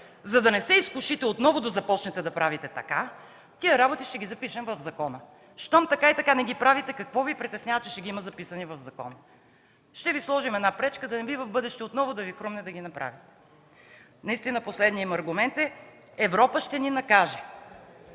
за да не се изкушите отново да започнете да правите така, тези неща ще ги запишем в закона. Щом така и така не ги правите, какво Ви притеснява, че ще ги има записани в закона? Ще сложим една пречка, за да не би в бъдеще отново да Ви хрумне да ги направите. Последният им аргумент е: Европа ще ни накаже.